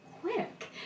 quick